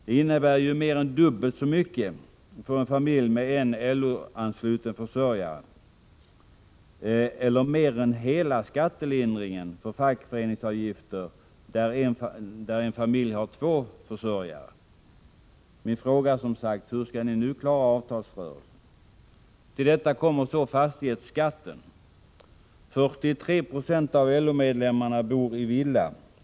Det innebär mer än dubbelt så mycket för en familj med en LO-ansluten försörjare, eller mer än hela skattelindringen för fackföreningsavgifter för en familj som har två försörjare. Min fråga är som sagt: Hur skall ni nu klara avtalsrörelsen? Till detta kommer fastighetsskatten. 43 20 av LO-medlemmarna bor i villa.